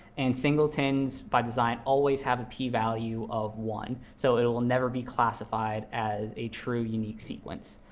and singletons, by design, always have a p-value of one, so it will never be classified as a true unique sequence.